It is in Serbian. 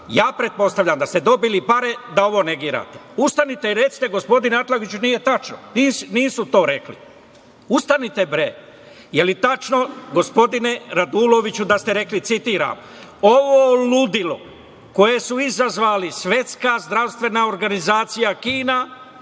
Pretpostavljam da ste dobili pare da ovo negirate. Ustanite i recite – gospodine Atlagiću, nije tačno, nisu to rekli. Ustanite, bre! Da li je tačno, gospodine Raduloviću, da ste rekli, citiram: „Ovo ludilo koje su izazvali Svetska zdravstvene organizacija i Kina